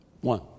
One